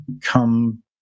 come